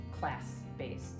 class-based